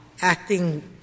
acting